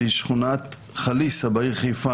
בשכונת חליסה בעיר חיפה,